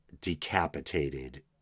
decapitated